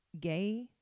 gay